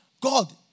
God